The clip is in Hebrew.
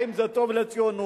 האם זה טוב לציונות,